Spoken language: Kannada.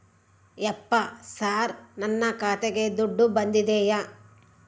ಯಪ್ಪ ಸರ್ ನನ್ನ ಖಾತೆಗೆ ದುಡ್ಡು ಬಂದಿದೆಯ?